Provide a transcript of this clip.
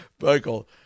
Michael